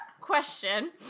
Question